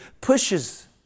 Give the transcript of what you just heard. pushes